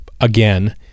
again